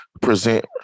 present